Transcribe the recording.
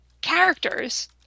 characters